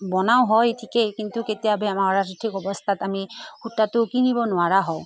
বনাওঁ হয় ঠিকেই কিন্তু কেতিয়াবা আমাৰ আৰ্থিক অৱস্থাত আমি সূতাটো কিনিব নোৱাৰা হওঁ